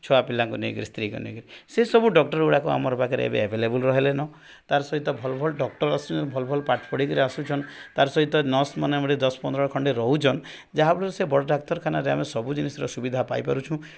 ଛୁଆପିଲାଙ୍କୁ ନେଇକିରି ସ୍ତ୍ରୀଙ୍କୁ ନେଇକରି ସେସବୁ ଡକ୍ଟରଗୁଡ଼ାକ ଆମ ପାଖରେ ଏବେ ଏଭେଲେବଲ ରହିଲେଣି ତ ତା ସହିତ ଭଲ ଭଲ ଡାକ୍ତର ଆସୁଛନ୍ତି ଭଲ ଭଲ ପାଠ ପଢ଼ିକି ଆସୁଛନ୍ତି ତା ସହିତ ନର୍ସ୍ମାନେ ଗୋଟେ ଦଶ ପନ୍ଦର ଖଣ୍ଡେ ରହୁଛନ୍ତି ଯାହାଫଳରେ ସେ ବଡ଼ ଡାକ୍ତରଖାନାରେ ଆମେ ସବୁ ଜିନିଷର ସୁବିଧା ପାଇପାରୁଛୁ ଠିକ୍